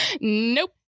Nope